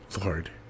Lord